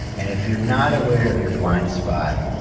and if you're not aware of your blind spot,